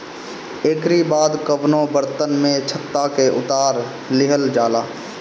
एकरी बाद कवनो बर्तन में छत्ता के उतार लिहल जाला